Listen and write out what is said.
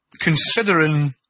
considering